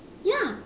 ya